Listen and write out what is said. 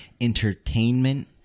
entertainment